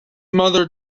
mother